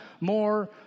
more